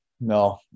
no